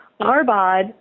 Arbad